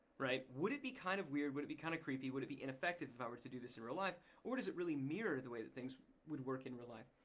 would it be kind of weird, would it be kind of creepy, would it be ineffective if i were to do this in real life or does it really mirror the way that things would work in real life.